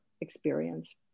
experience